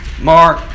Mark